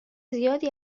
زیادی